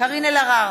קארין אלהרר,